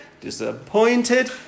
disappointed